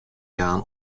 jaan